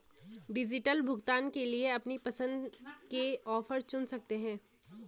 digital भुगतान के लिए अपनी पसंद के ऑफर चुन सकते है